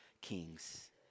kings